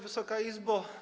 Wysoka Izbo!